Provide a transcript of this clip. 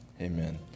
Amen